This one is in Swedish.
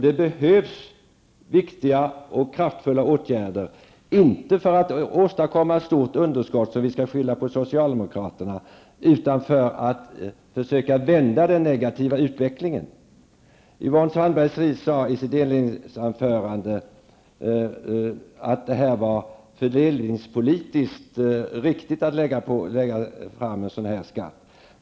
Det behövs viktiga och kraftfulla åtgärder, inte för att åstadkomma ett stort underskott som vi kan skylla på socialdemokraterna utan för att försöka vända den negativa utvecklingen. Fries att det är fördelningspolitiskt riktigt att lägga fram en sådan här skatt.